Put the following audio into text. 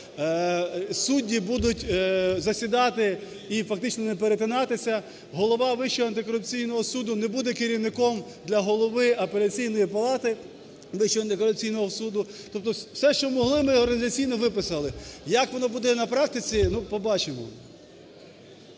судді будуть засідати і фактично не перетинатися. Голова Вищого антикорупційного суду не буде керівником для Голови Апеляційної палати Вищого антикорупційного суду. Тобто все, що могли, ми організаційно виписали, як воно буде на практиці, побачимо.